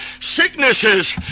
Sicknesses